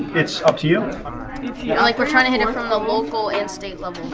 it's up to you yeah like we're trying to hit it from the local and state level. if